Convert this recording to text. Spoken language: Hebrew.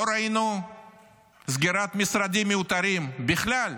לא ראינו סגירת משרדים מיותרים בכלל,